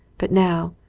but now,